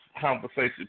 conversation